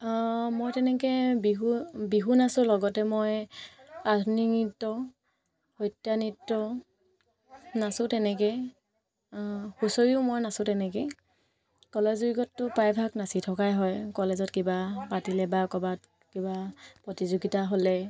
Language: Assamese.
মই তেনেকৈ বিহু বিহু নাচোঁ লগতে মই আধুনিক নৃত্য সত্ৰীয়া নৃত্য নাচোঁ তেনেকৈ হুঁচৰিও মই নাচোঁ তেনেকৈ কলেজ উইকততো প্ৰায়ভাগ নাচি থকাই হয় কলেজত কিবা পাতিলে বা ক'ৰবাত কিবা প্ৰতিযোগিতা হ'লে